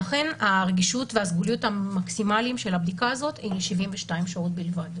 ואכן הרגישות והסגוליות המקסימליים של הבדיקה הזאת הן ל-72 שעות בלבד.